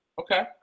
Okay